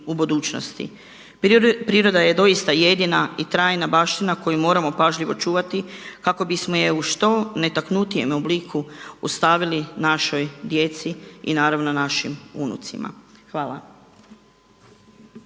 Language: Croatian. u budućnosti. Priroda je doista jedina i trajna baština koju moramo pažljivo čuvati kako bismo je u što netaknutijem obliku ostavili našoj djeci i naravno našim unucima. Hvala.